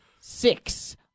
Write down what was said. six